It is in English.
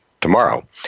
tomorrow